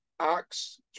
Acts